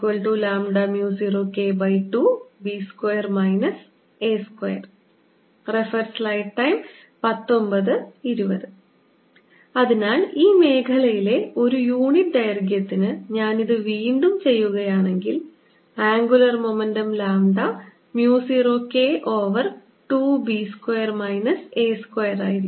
2πsds0K2 അതിനാൽ ഈ മേഖലയിലെ ഒരു യൂണിറ്റ് ദൈർഘ്യത്തിന് ഞാൻ ഇത് വീണ്ടും ചെയ്യുകയാണെങ്കിൽ angular momentum lambda mu 0 K over 2 b square minus a square ആയിരിക്കും